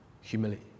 humility